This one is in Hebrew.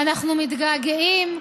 אנחנו מתגעגעים,